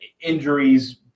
Injuries